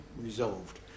resolved